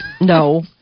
No